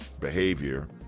behavior